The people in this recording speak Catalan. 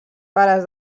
pares